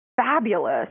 fabulous